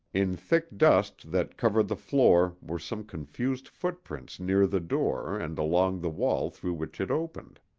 in thick dust that covered the floor were some confused footprints near the door and along the wall through which it opened.